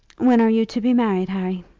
when are you to be married, harry?